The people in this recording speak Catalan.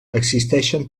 existeixen